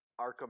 Arkham